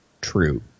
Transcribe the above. true